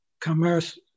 commerce